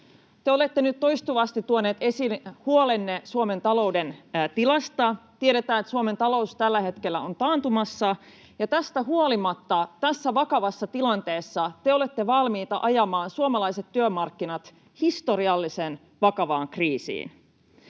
Te olette nyt toistuvasti tuonut esille huolenne Suomen talouden tilasta. Tiedetään, että Suomen talous tällä hetkellä on taantumassa, ja tästä huolimatta tässä vakavassa tilanteessa te olette valmiita ajamaan suomalaiset työmarkkinat historiallisen vakavaan kriisiin.